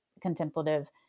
contemplative